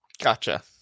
Gotcha